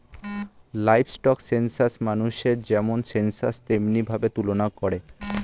livestock census মানুষের যেমন census তেমনি ভাবে তুলনা করে